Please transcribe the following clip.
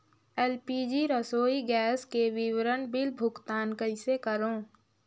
LPG रसोई gas के विवरण बिल भुगतान कइसे करों?